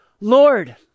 Lord